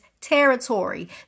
territory